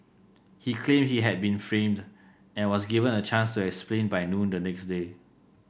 he claimed he had been framed and was given a chance to explain by noon the next day